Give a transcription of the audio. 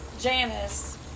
Janice